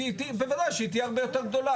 נגלה שהיא תהיה הרבה יותר גדולה,